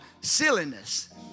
silliness